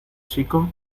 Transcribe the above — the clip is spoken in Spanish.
chico